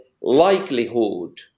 likelihood